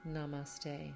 Namaste